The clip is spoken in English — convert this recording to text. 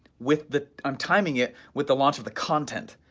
with the, i'm timing it with the launch of the content,